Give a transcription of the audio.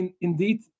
indeed